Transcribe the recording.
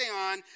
on